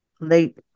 late